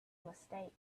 mistake